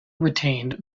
retained